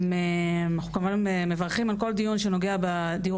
אנחנו כמובן מברכים על כל דיון שנוגע בדיור